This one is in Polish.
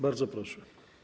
Bardzo proszę.